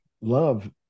love